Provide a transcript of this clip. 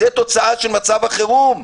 זה תוצאה של מצב החירום.